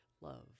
love